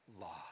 law